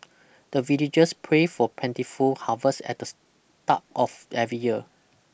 the villagers pray for plentiful harvest at the start of every year